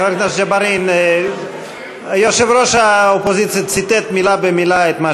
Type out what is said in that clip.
חברי הכנסת מהאופוזיציה יוכלו להעביר מכתבי ברכה